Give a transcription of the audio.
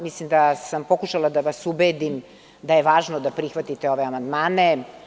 Mislim da sam pokušala da vas ubedim da je važno da prihvatite ove amandmane.